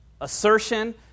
assertion